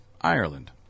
Ireland